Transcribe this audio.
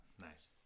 Nice